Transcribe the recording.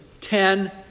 Ten